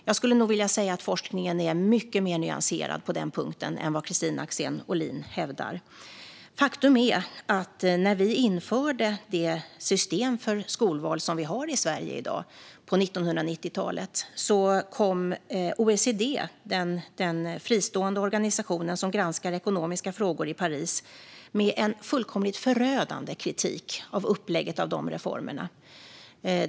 Jag skulle nog vilja säga att forskningen är mycket mer nyanserad på den punkten än vad Kristina Axén Olin hävdar. Faktum är: När vi på 1990-talet införde det system för skolval som vi har i Sverige i dag kom OECD, den fristående organisation i Paris som granskar ekonomiska frågor, med en fullkomligt förödande kritik av upplägget i de reformerna.